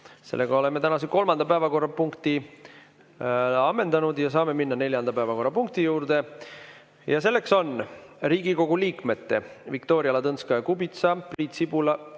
17.15. Oleme tänase kolmanda päevakorrapunkti ammendanud. Saame minna neljanda päevakorrapunkti juurde. See on Riigikogu liikmete Viktoria Ladõnskaja-Kubitsa, Priit Sibula,